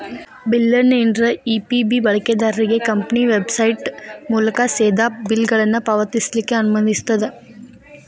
ಬಿಲ್ಲರ್ನೇರ EBP ಬಳಕೆದಾರ್ರಿಗೆ company website ಮೂಲಕಾ ಸೇದಾ ಬಿಲ್ಗಳನ್ನ ಪಾವತಿಸ್ಲಿಕ್ಕೆ ಅನುಮತಿಸ್ತದ